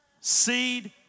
Seed